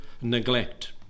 neglect